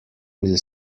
will